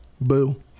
boo